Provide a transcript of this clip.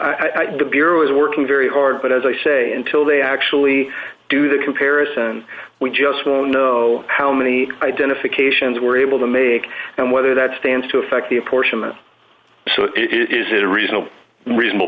which the bureau is working very hard but as i say until they actually do the comparison we just won't know how many identifications we're able to make and whether that stands to affect the apportionment so is it a reasonable reasonable